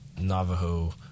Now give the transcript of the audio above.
Navajo